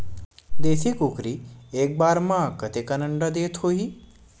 देशी कुकरी एक बार म कतेकन अंडा देत होही?